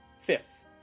Fifth